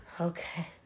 Okay